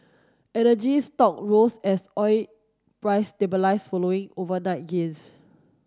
energy stock rose as oil price stabilised following overnight gains